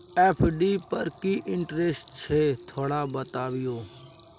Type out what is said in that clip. FD पर की interest छय थोरा बतईयो?